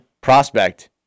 prospect